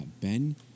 Ben